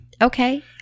Okay